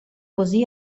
così